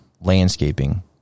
landscaping